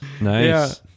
nice